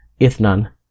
Ithnan